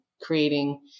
creating